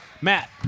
Matt